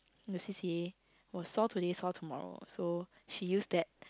in the c_c_a was sore today soar tomorrow so she used that